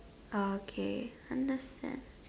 okay understand